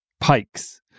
pikes